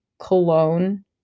cologne